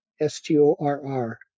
S-T-O-R-R